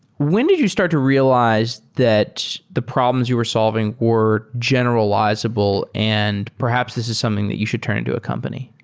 when did you start to realize that the problems you were solving were generalizable and perhaps this is something that you should turn into a company?